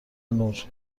نور